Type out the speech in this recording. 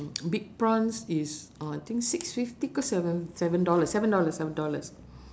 big prawns is uh I think six fifty ke seven seven dollars seven dollars seven dollars